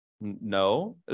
No